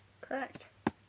Correct